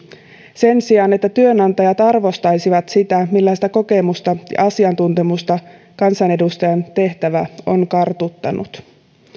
sen sijaan että työnantajat arvostaisivat sitä millaista kokemusta ja asiantuntemusta kansanedustajan tehtävä on kartuttanut